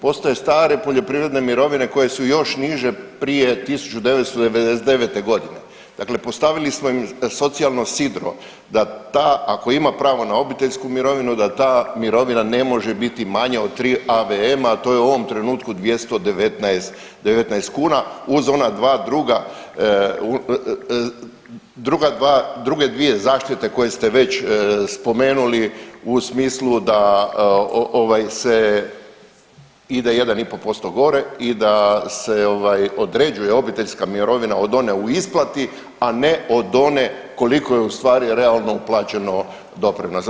Postoje stare poljoprivrede mirovine koje su još niže prije 1999.g. dakle postavili smo im socijalno sidro da ta ako ima pravo na obiteljsku mirovinu da ta mirovina ne može biti manje od tri AVM-a, a to je u ovom trenutku 219 kuna uz ona dva druga, druge dvije zaštite koje ste već spomenuli u smislu da ovaj se ide 1,5% gore i da se određuje obiteljska mirovina od one u isplati, a ne od one koliko je ustvari realno uplaćeno doprinosa.